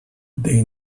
they